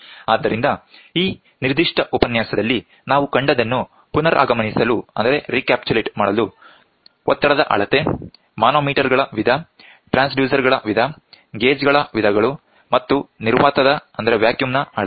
ಆದ್ದರಿಂದ ಈ ನಿರ್ದಿಷ್ಟ ಉಪನ್ಯಾಸದಲ್ಲಿ ನಾವು ಕಂಡದ್ದನ್ನು ಪುನರಗಮನಿಸಲು ಒತ್ತಡದ ಅಳತೆ ಮಾನೋಮೀಟರ್ ಗಳ ವಿಧ ಟ್ರಾನ್ಸ್ಡ್ಯೂಸರ್ಗಳ ವಿಧ ಗೇಜ್ ಗಳ ವಿಧಗಳು ಮತ್ತು ನಿರ್ವಾತದ ಅಳತೆ